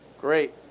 Great